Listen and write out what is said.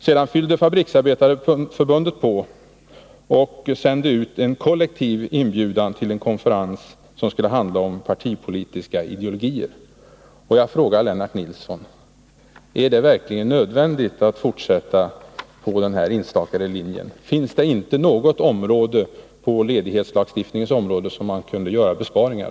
Sedan fyllde Fabriksarbetareförbundet på med att sända ut en kollektiv inbjudan till en konferens som skulle handla om partipolitiska ideologier. Jag frågar Lennart Nilsson: Är det verkligen nödvändigt att fortsätta på den här utstakade vägen? Finns det inte någonstans på ledighetslagstiftningens område där man kan göra besparingar?